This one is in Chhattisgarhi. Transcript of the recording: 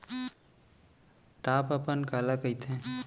टॉप अपन काला कहिथे?